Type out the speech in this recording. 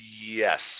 Yes